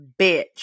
bitch